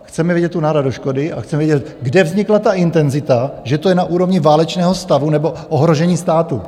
Chceme vidět tu náhradu škody a chceme vědět, kde vznikla ta intenzita, že to je na úrovni válečného stavu nebo ohrožení státu.